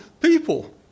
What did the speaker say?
people